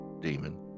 demon